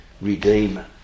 Redeemer